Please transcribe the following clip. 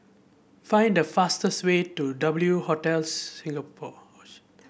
find the fastest way to W Hotels Singapore